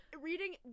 reading